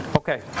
Okay